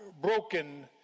broken